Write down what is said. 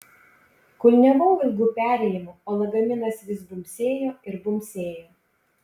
kulniavau ilgu perėjimu o lagaminas vis bumbsėjo ir bumbsėjo